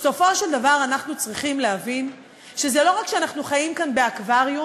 בסופו של דבר אנחנו צריכים להבין שזה לא רק שאנחנו חיים כאן באקווריום,